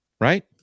right